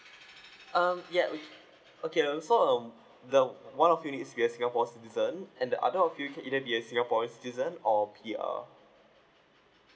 um ya we can okay uh so um the one of you needs to be a singapore citizen and the other of you can either be a singaporean citizen or P_R